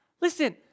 listen